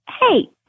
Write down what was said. Hey